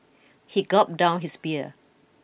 he gulped down his beer